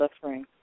suffering